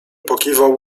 pokiwał